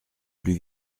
plus